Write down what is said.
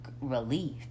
Relieved